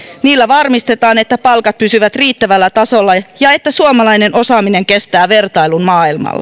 niillä varmistetaan että palkat pysyvät riittävällä tasolla ja että suomalainen osaaminen kestää vertailun maailmaan